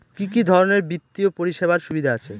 কি কি ধরনের বিত্তীয় পরিষেবার সুবিধা আছে?